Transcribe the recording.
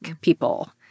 people